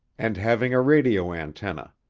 and having a radio antenna.